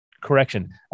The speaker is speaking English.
Correction